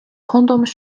condoms